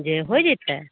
जे हो जेतै